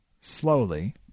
slowly